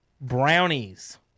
Brownies